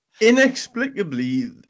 inexplicably